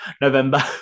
November